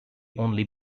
only